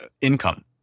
income